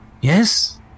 Yes